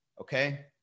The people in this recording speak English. Okay